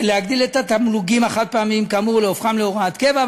להגדיל את התמלוגים החד-פעמיים כאמור או להופכם להוראת קבע,